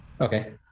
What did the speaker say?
Okay